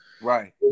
Right